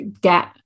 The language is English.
get